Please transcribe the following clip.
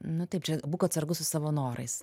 nu taip čia būk atsargus su savo norais